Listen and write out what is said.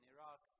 Iraq